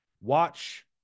Watch